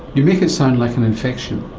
you make it sound like an infection.